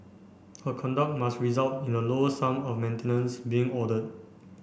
her conduct must result in a lower sum of maintenance being ordered